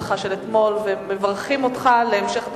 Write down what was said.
שלך אתמול ומברכים אותך להמשך דרכך.